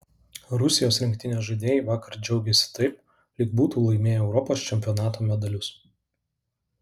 rusijos rinktinės žaidėjai vakar džiaugėsi taip lyg būtų laimėję europos čempionato medalius